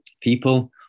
people